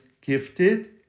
gifted